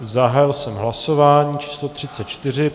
Zahájil jsem hlasování číslo 34.